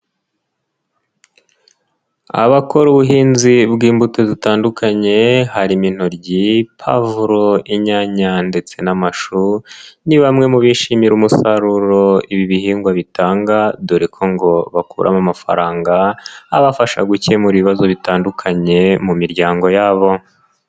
Abakora ubuhinzi bw'imbuto zitandukanye harimo ibintoryi, pavuro, inyanya ndetse n'amashu, ni bamwe mu bishimira umusaruro ibi bihingwa bitanga dore ko ngo bakuramo amafaranga, abafasha gukemura ibibazo bitandukanye mu miryango yabo.